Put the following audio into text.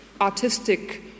artistic